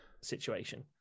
situation